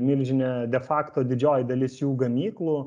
milžinė de fakto didžioji dalis jų gamyklų